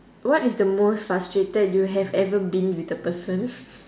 what is the most frustrated you have ever been with the person